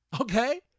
Okay